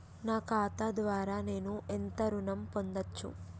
నా ఖాతా ద్వారా నేను ఎంత ఋణం పొందచ్చు?